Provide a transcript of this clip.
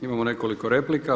Imamo nekoliko replika.